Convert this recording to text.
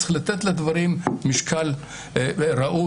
וצריך לתת לדברים משקל ראוי.